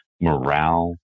morale